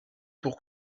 pour